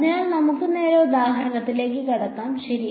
അതിനാൽ നമുക്ക് നേരെ ഉദാഹരണത്തിലേക്ക് കടക്കാം ശരി